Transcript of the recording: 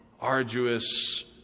arduous